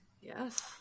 Yes